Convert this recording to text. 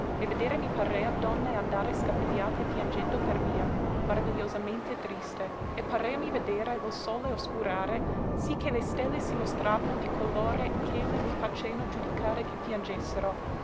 e vedere mi parea donne andare scapigliate piangendo per via maravigliosamente triste e pareami vedere lo sole oscurare sì che le stelle si mostravano di colore ch'elle mi faceano giudicare che